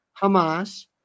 Hamas